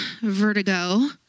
vertigo